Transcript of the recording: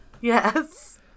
Yes